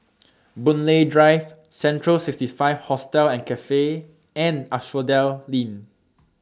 Boon Lay Drive Central sixty five Hostel and Cafe and Asphodel Inn